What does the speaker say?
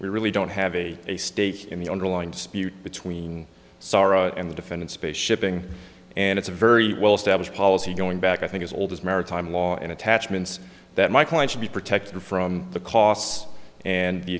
we really don't have a a stake in the underlying dispute between sarra and the defendant space shipping and it's a very well established policy going back i think as old as maritime law and attachments that my client should be protected from the costs and the